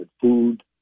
food